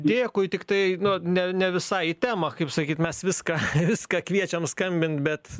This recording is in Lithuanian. dėkui tiktai nu ne ne visai į temą kaip sakyt mes viską viską kviečiam skambint bet